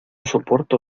soporto